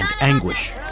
anguish